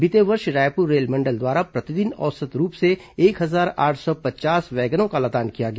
बीते वर्ष रायपुर रेलमंडल द्वारा प्रतिदिन औसत रूप से एक हजार आठ सौ पचास वैगनों का लदान किया गया